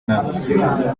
intangarugero